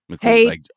hey